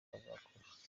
bazakora